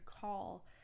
call